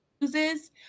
uses